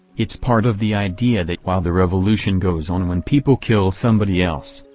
it's part of the idea that while the revolution goes on when people kill somebody else,